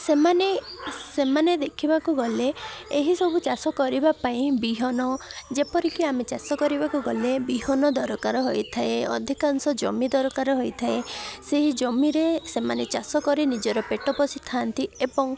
ସେମାନେ ସେମାନେ ଦେଖିବାକୁ ଗଲେ ଏହିସବୁ ଚାଷ କରିବା ପାଇଁ ବିହନ ଯେପରିକି ଆମେ ଚାଷ କରିବାକୁ ଗଲେ ବିହନ ଦରକାର ହୋଇଥାଏ ଅଧିକାଂଶ ଜମି ଦରକାର ହୋଇଥାଏ ସେହି ଜମିରେ ସେମାନେ ଚାଷ କରି ନିଜର ପେଟ ପୋଷିଥାନ୍ତି ଏବଂ